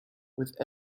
with